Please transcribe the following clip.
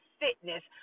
fitness